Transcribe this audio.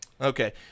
Okay